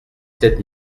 sept